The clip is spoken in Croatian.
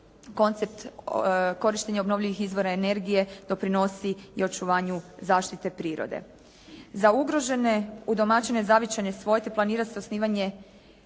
koncept korištenja obnovljivih izvora energije doprinosi i očuvanju zaštite prirode. Za ugrožene udomaćene zavičajne svojte planira se osnivanje